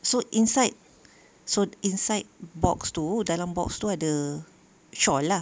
so inside so inside box tu dalam box tu ada shawl lah